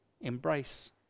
embrace